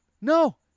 No